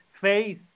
face